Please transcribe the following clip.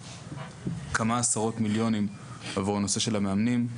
כמה עשרות מיליונים עבור הנושא של המאמנים.